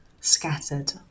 scattered